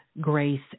grace